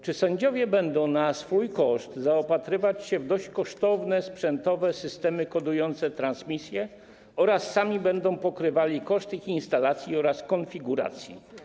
Czy sędziowie będą na swój koszt zaopatrywać się w dość kosztowne sprzętowe systemy kodujące transmisje oraz sami będą pokrywali koszt ich instalacji oraz konfiguracji?